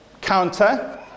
counter